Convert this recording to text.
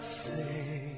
say